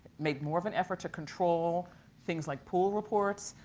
made more of an effort to control things like pool reports,